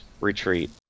Retreat